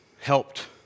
helped